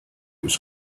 was